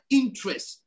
interest